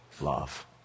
love